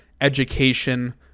education